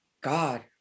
God